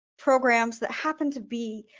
programs that happened to be